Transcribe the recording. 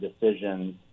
decisions